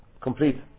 complete